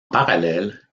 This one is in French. parallèle